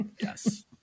Yes